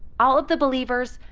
all of the believers,